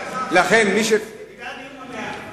היא בעד דיון במליאה.